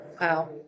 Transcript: Wow